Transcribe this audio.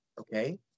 okay